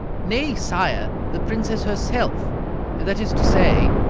nay, sire, the princess herself that is to say,